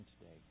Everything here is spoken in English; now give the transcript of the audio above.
today